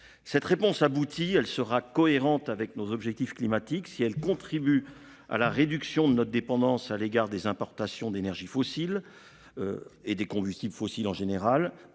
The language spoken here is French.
Cette réponse aboutit elle sera cohérente avec nos objectifs climatiques si elle contribue à la réduction de notre dépendance à l'égard des importations d'énergies fossiles. Et des combustibles fossiles en général